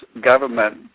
government